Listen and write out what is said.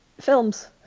films